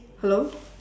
hello